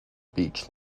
beach